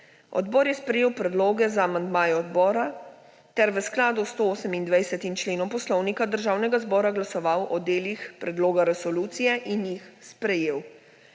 Odbor je sprejel predloga za amandmaje odbora ter v skladu s 128. členom Poslovnika Državnega zbora glasoval o delih predloga resolucije in jih sprejel.